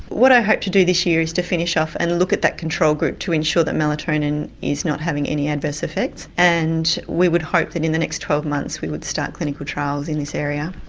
what i hope to do this year is to finish off and look at that control group to ensure that melatonin is not having any adverse effects and we would hope that within the next twelve months we would start clinical trials in this area.